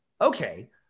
okay